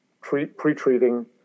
pre-treating